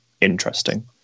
interesting